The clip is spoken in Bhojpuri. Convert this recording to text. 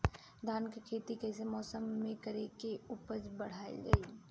धान के खेती कौन मौसम में करे से उपज बढ़ाईल जाई?